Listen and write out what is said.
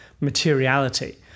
materiality